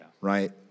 right